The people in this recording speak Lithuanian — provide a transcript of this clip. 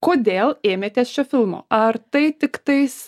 kodėl ėmėtės šio filmo ar tai tik tais